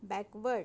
backward